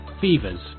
Fever's